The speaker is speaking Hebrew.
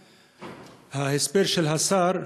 ההסבר של השר מקובל,